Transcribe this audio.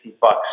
bucks